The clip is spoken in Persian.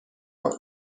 ماند